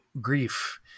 grief